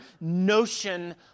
notion